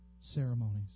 ceremonies